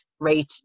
Rate